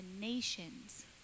nations